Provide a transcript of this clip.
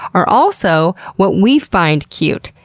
are also what we find cute,